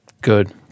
Good